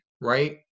right